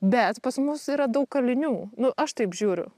bet pas mus yra daug kalinių nu aš taip žiūriu